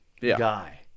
guy